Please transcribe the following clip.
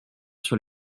sur